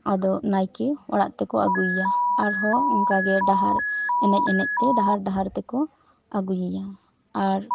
ᱟᱫᱚ ᱱᱟᱭᱠᱮ ᱚᱲᱟᱜ ᱛᱮᱠᱚ ᱟᱹᱜᱩᱭᱼᱭᱟ ᱟᱨᱦᱚᱸ ᱚᱝᱠᱟ ᱜᱮ ᱰᱟᱦᱟᱨ ᱮᱱᱮᱡ ᱮᱱᱮᱡ ᱛᱮ ᱰᱟᱦᱟᱨ ᱰᱟᱦᱟᱨ ᱛᱮᱠᱚ ᱟᱹᱜᱩ ᱮᱭᱟ ᱟᱨ